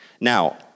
Now